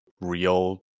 real